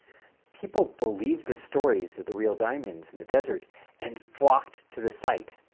people believed the stories of the real diamonds in the desert and flocked to the site,